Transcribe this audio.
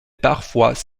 parfois